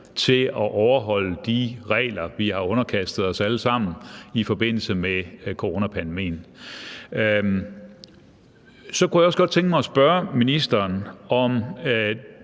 til at overholde de regler, vi alle sammen har underkastet os i forbindelse med coronapandemien. Så kunne jeg også godt tænke mig at spørge ministeren om